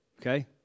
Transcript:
Okay